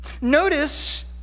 Notice